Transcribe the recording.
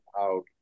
out